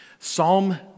Psalm